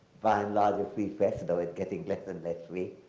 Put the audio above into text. by and large a free fest, though it getting less and less free,